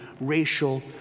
racial